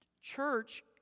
Church